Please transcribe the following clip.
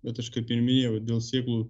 bet aš kaip ir minėjau dėl sėklų